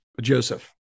Joseph